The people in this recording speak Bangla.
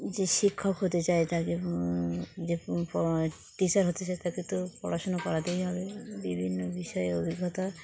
যে শিক্ষক হতে চায় তাকে যে টিচার হতে চায় তাকে তো পড়াশুনা করাতেই হবে বিভিন্ন বিষয়ে অভিজ্ঞতা